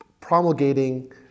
promulgating